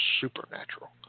supernatural